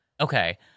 Okay